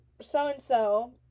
so-and-so